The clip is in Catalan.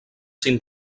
cinc